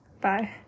Bye